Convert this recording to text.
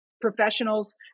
professionals